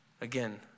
Again